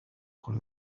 con